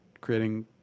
creating